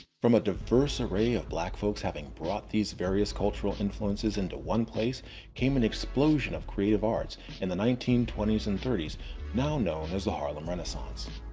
from a diverse array of black folks having brought these various cultural influences into one place came an explosion of creative arts in the nineteen twenty s and thirty s now known as the harlem renaissance.